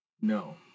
No